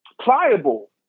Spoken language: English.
pliable